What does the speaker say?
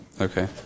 Okay